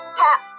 tap